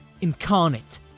incarnate